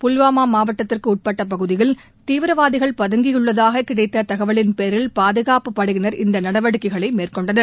புல்வாமா மாவட்டத்திற்கு உட்பட்ட பகுதியில் தீவிரவாதிகள் பதங்கியுள்ளதாக கிடைத்த தகவலின்பேரில் பாதுகாப்பு படையினர் இந்த நடவடிக்கைகளை மேற்கொண்டனர்